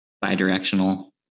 bi-directional